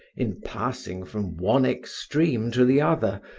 in passing from one extreme to the other,